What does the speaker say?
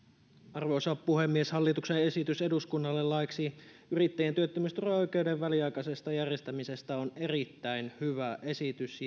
arvoisa puhemies hallituksen esitys eduskunnalle laiksi yrittäjien työttömyysturvaoikeuden väliaikaisesta järjestämisestä on erittäin hyvä esitys